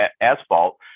asphalt